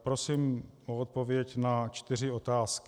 Prosím o odpověď na čtyři otázky.